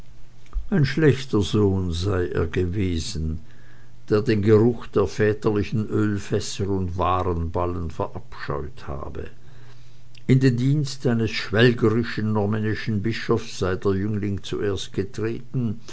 ein schlechter sohn sei er gewesen der den geruch der väterlichen ölfässer und warenballen verabscheut habe in den dienst eines schwelgerischen normännischen bischofs sei der jüngling zuerst getreten